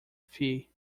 fee